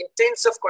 intensive